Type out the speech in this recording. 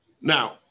Now